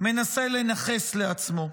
מנסה לנכס לעצמו.